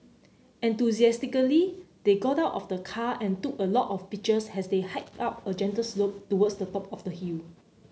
enthusiastically they got out of the car and took a lot of pictures as they hiked up a gentle slope towards the top of the hill